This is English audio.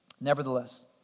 Nevertheless